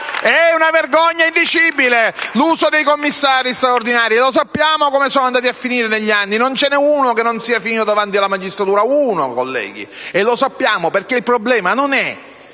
È una vergogna indicibile l'uso dei commissari straordinari! Sappiamo come sono andati a finire negli anni: non ce n'è uno che non sia finito davanti alla magistratura. Lo sappiamo bene perché il problema non è